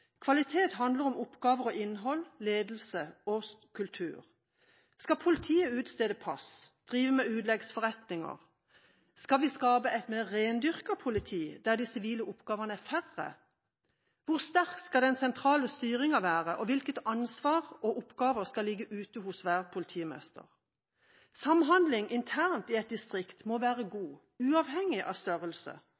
Kvalitet handler om oppgaver og innhold og om ledelse og kultur. Skal politiet utstede pass og drive med utleggsforretninger? Skal vi skape et mer rendyrket politi, der de sivile oppgavene er færre? Hvor sterk skal den sentrale styringa være? Hvilket ansvar og hvilke oppgaver skal ligge hos hver politimester? Samhandlinga internt i et distrikt må være